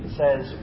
says